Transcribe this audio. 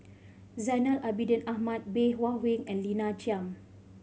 Zainal Abidin Ahmad Bey Hua Heng and Lina Chiam